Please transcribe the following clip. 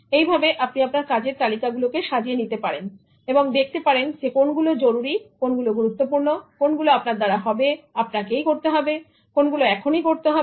এবং এই ভাবে আপনি আপনার কাজের তালিকা গুলো কে সাজিয়ে নিতে পারেন এবং দেখতে পারেন কোনগুলো জরুরী কোনগুলো গুরুত্বপূর্ণ কোনগুলো আপনার দ্বারা হবে আপনাকেই করতে হবে এবং কোনগুলো এখনই করতে হবে